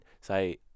Say